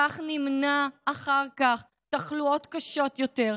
כך נמנע אחר כך תחלואות קשות יותר,